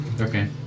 Okay